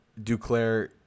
Duclair